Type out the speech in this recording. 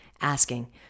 asking